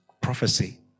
Prophecy